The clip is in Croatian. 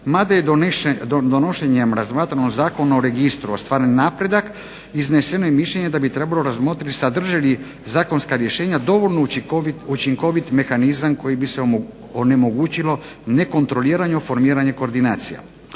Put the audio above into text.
mada je donošenjem razmatrano u Zakonu o registru ostvaren napredak izneseno je mišljenje da bi trebalo razmotriti sadrže li zakonska rješenja dovoljno učinkovit mehanizam kojim bi se omogućilo nekontrolirano formiranje koordinacija.